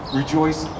rejoice